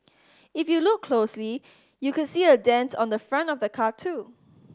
if you look closely you could see a dent on the front of the car too